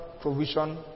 provision